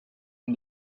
and